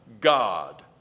God